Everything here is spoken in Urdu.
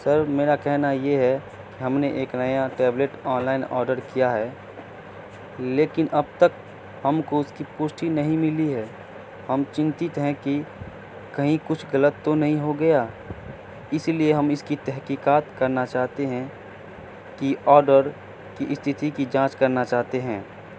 سر میرا کہنا یہ ہے کہ ہم نے ایک نیا ٹیبلیٹ آن لائن آرڈر کیا ہے لیکن اب تک ہم کو اس کی پشٹی نہیں ملی ہے ہم چنتت ہیں کہ کہیں کچھ غلط تو نہیں ہو گیا اس لیے ہم اس کی تحقیقات کرنا چاہتے ہیں کہ آرڈر کی استھتی کی جانچ کرنا چاہتے ہیں